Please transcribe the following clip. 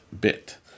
bit